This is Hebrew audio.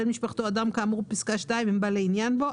בן משפחתו או אדם כאמור בפסקה (2) הם בעלי עניין בו.